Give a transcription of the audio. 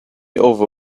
over